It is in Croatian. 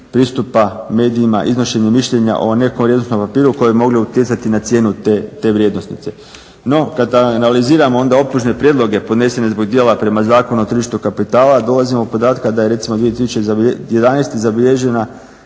pristupa medijima, iznošenje mišljenja o nekom vrijednosnom papiru koji bi mogli utjecati na cijenu te vrijednosnice. No, kad analiziramo onda optužne prijedloge podnesene zbog djela prema Zakonu o tržištu kapitala dolazimo do podatka da je recimo 2011. zabilježena